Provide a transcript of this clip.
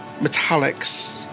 metallics